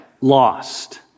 Lost